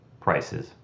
prices